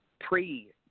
pre